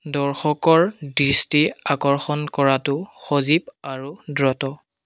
দৰ্শকৰ দৃষ্টি আকৰ্ষণ কৰাটো সজীৱ আৰু দ্ৰুত